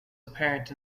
apparent